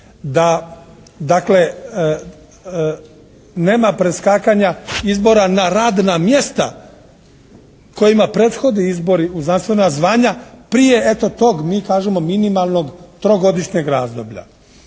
da dakle nema preskakanja izbora na radna mjesta kojima prethodi izbori u znanstvena zvanja prije eto tog mi kažemo minimalnog trogodišnjeg razdoblja.